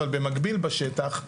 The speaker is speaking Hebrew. אבל במקביל בשטח,